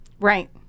Right